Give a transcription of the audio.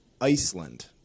Iceland